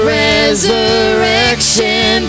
resurrection